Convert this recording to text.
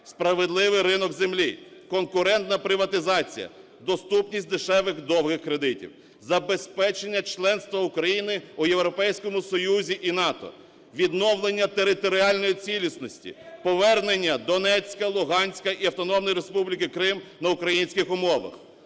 Справедливий ринок землі. Конкурентна приватизація. Доступність дешевих довгих кредитів. Забезпечення членства України у Європейському Союзі і НАТО. Відновлення територіальної цілісності: повернення Донецька, Луганська і Автономної Республіки Крим на українських умовах.